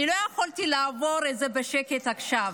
אני לא יכולתי לעבור על זה בשקט עכשיו,